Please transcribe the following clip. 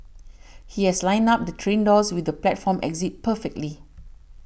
he has lined up the train doors with the platform exit perfectly